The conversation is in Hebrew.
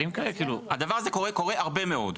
הדבר הזה קורה הרבה מאוד.